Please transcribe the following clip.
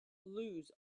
lose